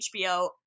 HBO